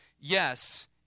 yes